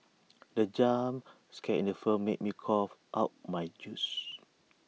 the jump scare in the firm made me cough out my juice